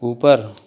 ऊपर